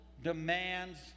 demands